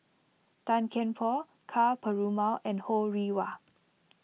Tan Kian Por Ka Perumal and Ho Rih Hwa